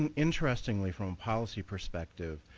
and interestingly from policy perspective,